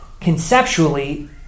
Conceptually